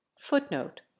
footnote